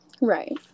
Right